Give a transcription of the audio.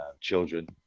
children